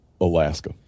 Alaska